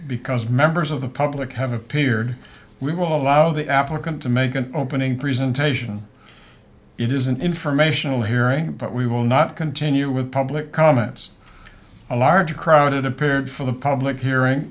because members of the public have appeared we will allow the applicant to make an opening presentation it is an informational hearing but we will not continue with public comments a large crowd it appeared for the public hearing